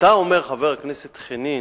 כשאתה אומר, חבר הכנסת חנין: